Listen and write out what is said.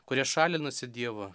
kurie šalinasi dievo